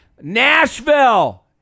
Nashville